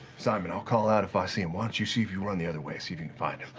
simon, i'll call out if i see him. why don't you see, if you run the other way, see if you can find him.